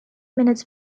minutes